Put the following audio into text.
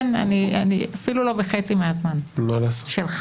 אני אפילו לא בחצי מהזמן שלך.